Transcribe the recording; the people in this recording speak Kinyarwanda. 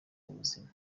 mubuzima